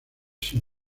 sin